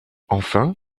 enfin